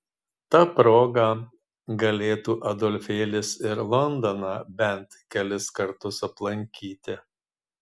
ta proga galėtų adolfėlis ir londoną bent kelis kartus aplankyti